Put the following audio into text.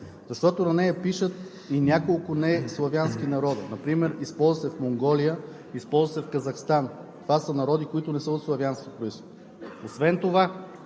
Защото на нея пишат и няколко неславянски народи. Например използва се в Монголия, в Казахстан – народи, които не са от славянски произход. Освен това